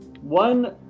one